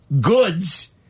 goods